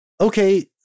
Okay